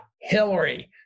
Hillary